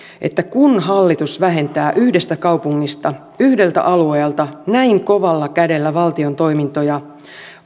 että kun hallitus vähentää yhdestä kaupungista yhdeltä alueelta näin kovalla kädellä valtion toimintoja